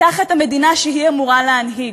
תחת המדינה שהיא אמורה להנהיג.